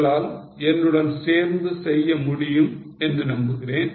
உங்களால் என்னுடன் சேர்ந்து செய்ய முடியும் என்று நம்புகிறேன்